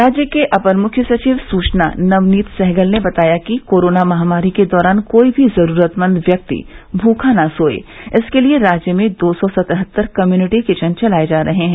राज्य के अपर मुख्य सचिव सूचना नवनीत सहगल ने बताया है कि कोरोना महामारी के दौरान कोई भी जरूरतमंद व्यक्ति भूखा न सोये इसके लिये राज्य में दो सौ सतहत्तर कम्युनिटी किचन चलाये जा रहे हैं